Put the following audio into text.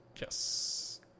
Yes